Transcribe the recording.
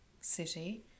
city